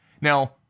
Now